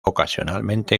ocasionalmente